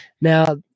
Now